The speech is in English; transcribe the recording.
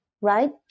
right